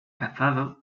cazado